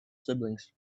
siblings